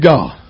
God